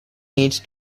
needs